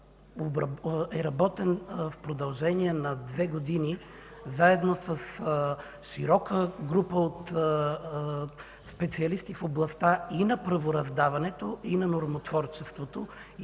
е работен в продължение на две години заедно с широка група от специалисти в областта и на правораздаването, и на нормотворчеството.